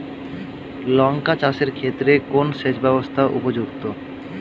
লঙ্কা চাষের ক্ষেত্রে কোন সেচব্যবস্থা উপযুক্ত?